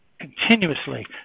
continuously